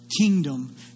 kingdom